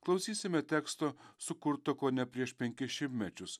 klausysime teksto sukurto kone prieš penkis šimtmečius